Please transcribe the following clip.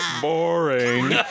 Boring